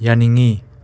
ꯌꯥꯅꯤꯡꯉꯤ